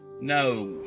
No